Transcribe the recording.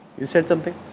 you said something?